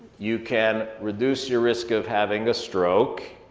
you can reduce your risk of having a stroke.